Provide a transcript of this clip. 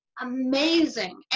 amazing